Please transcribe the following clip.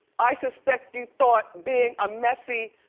i suspect you thought being a messy.